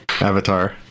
avatar